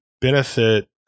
benefit